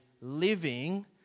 living